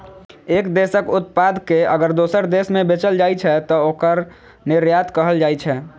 एक देशक उत्पाद कें अगर दोसर देश मे बेचल जाइ छै, तं ओकरा निर्यात कहल जाइ छै